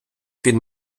він